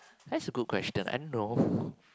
that's a good question and no